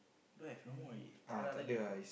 don't have no more already tak ada lagi bro